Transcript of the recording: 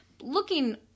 looking